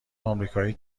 امریکایی